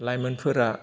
लाइमोनफोरा